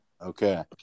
Okay